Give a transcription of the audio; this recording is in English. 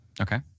Okay